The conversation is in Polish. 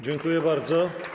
Dziękuję bardzo.